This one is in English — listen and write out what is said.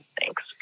Thanks